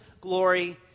glory